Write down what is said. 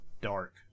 dark